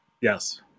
Yes